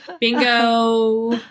bingo